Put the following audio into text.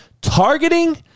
Targeting